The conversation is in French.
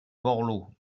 borloo